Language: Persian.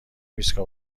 ایستگاه